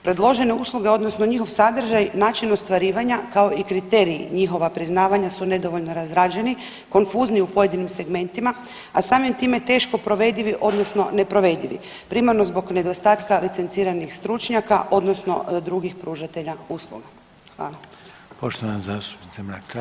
Predložene usluge odnosno njihov sadržaj, način ostvarivanja, kao i kriteriji njihova priznavanja su nedovoljno razrađeni, konfuzni u pojedinim segmentima, a samim time teško provedivi odnosno neprovedivi, primarno zbog nedostatka licenciranih stručnjaka odnosno drugih pružatelja usluga.